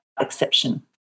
exception